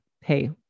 Hey